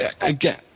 again